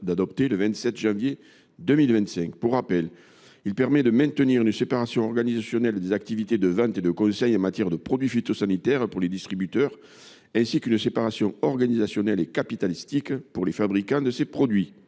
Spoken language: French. a adoptée le 27 janvier dernier. Il s’agit, je le rappelle, de maintenir une séparation organisationnelle des activités de vente et de conseil en matière de produits phytosanitaires pour les distributeurs, ainsi qu’une séparation organisationnelle et capitalistique pour les fabricants de tels produits.